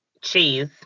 Cheese